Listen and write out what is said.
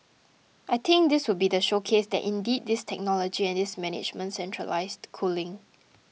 I think this would be the showcase that indeed this technology and this management centralised cooling